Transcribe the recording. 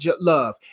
love